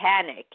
panic